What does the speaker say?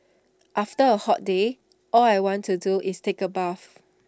after A hot day all I want to do is take A bath